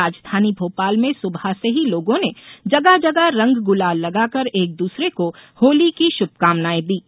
राजधानी भोपाल में सुबह से ही लोगों जगह जगह रंग गुलाल लगाकर एक दूसरे को होली की शुभकामनाएं दीं